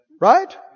Right